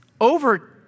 over